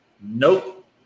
Nope